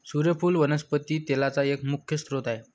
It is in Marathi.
सुर्यफुल वनस्पती तेलाचा एक मुख्य स्त्रोत आहे